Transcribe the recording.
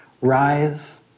Rise